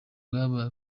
bwabaye